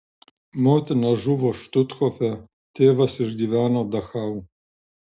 motina žuvo štuthofe tėvas išgyveno dachau